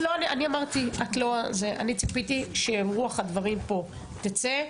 אני ציפיתי שרוח הדברים תצא.